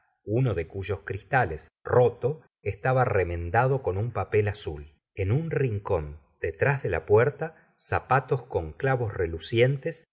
uno de cuyos cristales roto estaba remendado con un papel azul en un rincón detrás de la puerta zapatos con clabs relucientes